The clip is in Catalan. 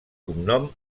cognom